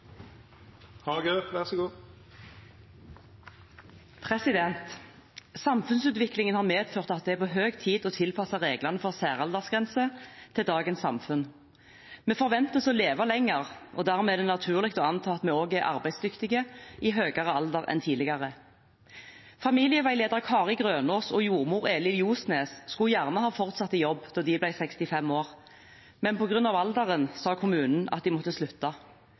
på høy tid å tilpasse reglene for særaldersgrenser til dagens samfunn. Vi forventes å leve lenger, og dermed er det naturlig å anta at vi også er arbeidsdyktige i høyere alder enn tidligere. Familieveileder Kari Grønås og jordmor Eli Ljosnes skulle gjerne ha fortsatt i jobb da de ble 65 år, men på grunn av alderen sa kommunen at de måtte slutte.